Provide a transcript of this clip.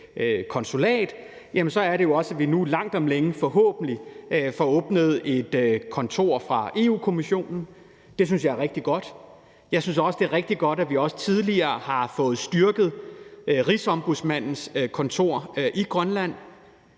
konsulat, jamen så er det jo også sådan, at vi nu forhåbentlig langt om længe får åbnet et kontor for Europa-Kommissionen. Det synes jeg er rigtig godt. Jeg synes også, det er rigtig godt, at vi tidligere har fået styrket Rigsombudsmanden i Grønlands